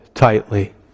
tightly